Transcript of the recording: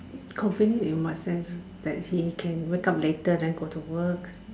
convenient in what sense that he can wake up later then go to work